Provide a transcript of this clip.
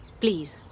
Please